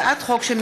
רוברט טיבייב,